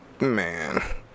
Man